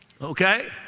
Okay